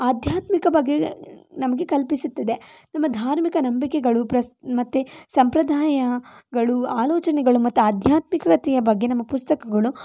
ಆಧ್ಯಾತ್ಮಿಕವಾಗಿ ನಮಗೆ ಕಲ್ಪಿಸುತ್ತದೆ ನಮ್ಮ ಧಾರ್ಮಿಕ ನಂಬಿಕೆಗಳು ಪ್ರಸ್ ಮತ್ತೆ ಸಂಪ್ರದಾಯಗಳು ಆಲೋಚನೆಗಳು ಮತ್ತು ಆಧ್ಯಾತ್ಮಿಕದ ಬಗ್ಗೆ ನಮ್ಮ ಪುಸ್ತಕಗಳು